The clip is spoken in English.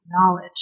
knowledge